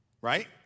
Right